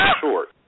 short